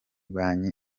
banki